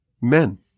men